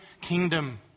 Kingdom